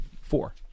Four